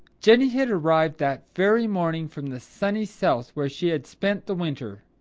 jenny had arrived that very morning from the sunny south where she had spent the winter.